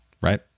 Right